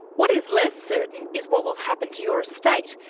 what is less certain is what will happen to your estate,